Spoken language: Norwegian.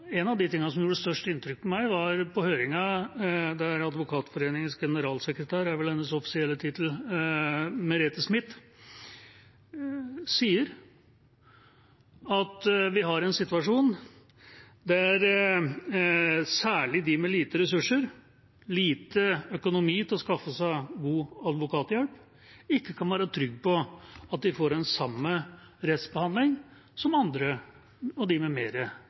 gjorde størst inntrykk på meg i høringen, var Advokatforeningens generalsekretær – det er vel hennes offisielle tittel – Merete Smith, som sier at vi har en situasjon der særlig de med lite ressurser, liten økonomi til å skaffe seg god advokathjelp, ikke kan være trygg på at de får den samme rettsbehandling som andre og de med